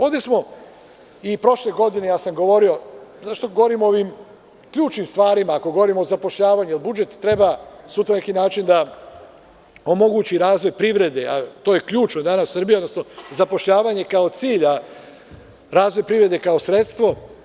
Ovde smo, a i prošle godine sam govorio, zato što govorim o ovim ključnim stvarima, ako govorimo o zapošljavanju, jer budžet treba sutra na neki način da omogući razvoj privrede, a to je ključ u Srbiji, odnosno zapošljavanje kao cilja, razvoj privrede kao sredstvo.